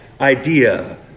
idea